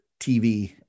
TV